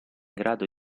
grado